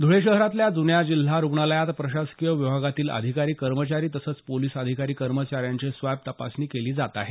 ध्वळे शहरातल्या जुन्या जिल्हा रुग्णालयात प्रशासकीय विभागातील अधिकारी कर्मचारी तसंच पोलीस अधिकारी कर्मचाऱ्यांचे स्वॅब तपासणी केली जात आहे